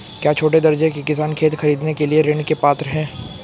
क्या छोटे दर्जे के किसान खेत खरीदने के लिए ऋृण के पात्र हैं?